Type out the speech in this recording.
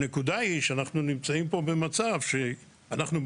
הנקודה היא שאנחנו נמצאים פה במצב שאנחנו,